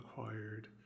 acquired